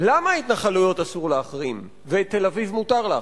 למה התנחלויות אסור להחרים ואת תל-אביב מותר להחרים?